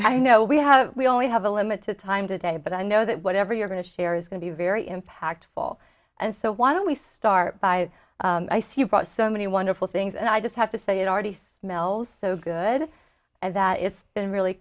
i know we have we only have a limited time today but i know that whatever you're going to share is going to be very impactful and so why don't we start by ice you brought so many wonderful things and i just have to say it already smells so good and that it's been really